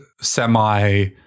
semi